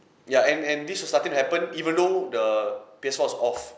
ya and and this will starting to happen even though the P_S four was off